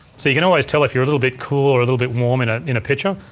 so you can always tell if you're a little bit cool or a little bit warm in ah in a picture.